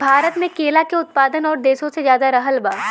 भारत मे केला के उत्पादन और देशो से ज्यादा रहल बा